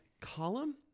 Column